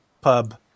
Pub